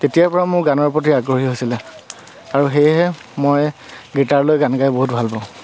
তেতিয়াৰ পৰা মোৰ গানৰ প্ৰতি আগ্ৰহী হৈছিলে আৰু সেয়েহে মই গীটাৰলৈ গান গাই বহুত ভাল পাওঁ